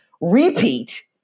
repeat